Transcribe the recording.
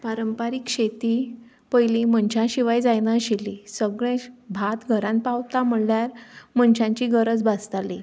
पारंपारीक शेती पयलीं मनशा शिवाय जायनाशिल्ली सगलें भात घरान पावता म्हणल्यार मनशांचीं गरज भासताली